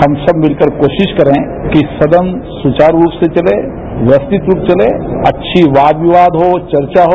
हम सब मिलकर कोशिश करें कि सदन सुचारू रूप से चले व्यक्स्थाति चले अच्छी वाद विवाद हो वर्चा हो